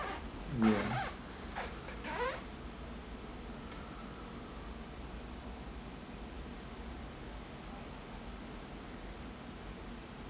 yeah